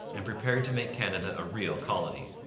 and prepared to make canada a real colony.